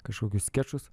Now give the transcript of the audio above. kažkokius skečus